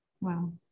Wow